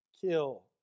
kill